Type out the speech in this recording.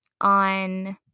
on